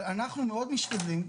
אבל אנחנו מאוד משתדלים,